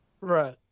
Right